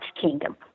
kingdom